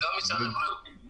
קמח אנחנו בכלל לא מתעסקים,